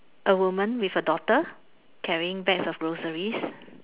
a woman with a daughter carrying bags of groceries